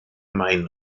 main